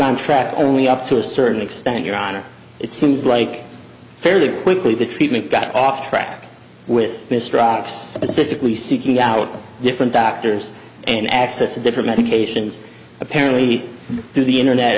on track only up to a certain extent your honor it seems like fairly quickly the treatment got off track with mr ochs specifically seeking out different doctors and access to different medications apparently through the internet